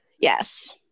Yes